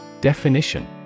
Definition